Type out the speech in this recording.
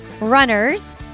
runners